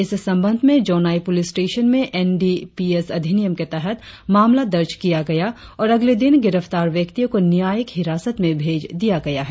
इस संबंध में जोनाइ पुलिस स्टेशन में एन डी पी एस अधिनियम के तहत मामला दर्ज किया गया और अगले दिन गिरफ्तार व्यक्तियों को न्यायिक हिरासत में भेज दिया गया है